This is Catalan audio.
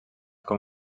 com